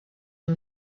him